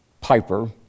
Piper